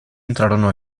entrarono